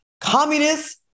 Communists